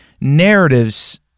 narratives